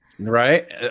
Right